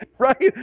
Right